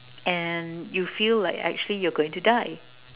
and you feel like actually you're going to die